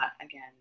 again